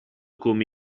come